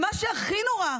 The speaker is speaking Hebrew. ומה שהכי נורא,